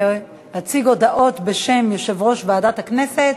להציג הודעות בשם יושב-ראש ועדת הכנסת.